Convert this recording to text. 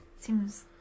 seems